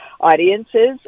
audiences